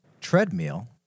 Treadmill